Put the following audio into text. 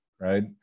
right